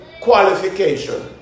qualification